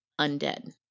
undead